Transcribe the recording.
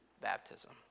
baptism